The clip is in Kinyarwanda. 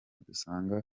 dusanga